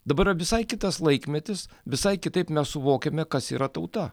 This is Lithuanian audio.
dabar yra visai kitas laikmetis visai kitaip mes suvokiame kas yra tauta